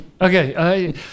Okay